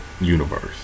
universe